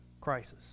crisis